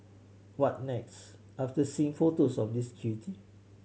what next after seeing photos of this cutie